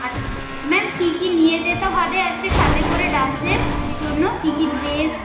আচ্ছা স ম্যাম কী কী নিয়ে যেতে হবে আজকে সাথে করে ডান্সের জন্য কী কী ড্রেস